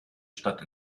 stadt